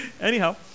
Anyhow